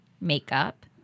makeup